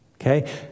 Okay